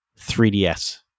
3ds